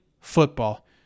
football